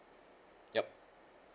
yup